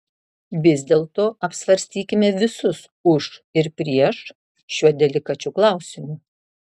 vis dėlto apsvarstykime visus už ir prieš šiuo delikačiu klausimu